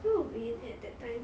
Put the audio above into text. where were we at that time